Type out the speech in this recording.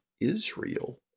Israel